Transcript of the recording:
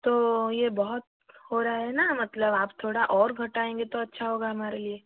तो ये बहुत हो रहा है ना मतलब आप थोड़ा और घटाएंगे तो अच्छा होगा हमारे लिए